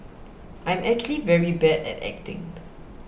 I'm actually very bad at acting